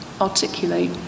articulate